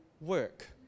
work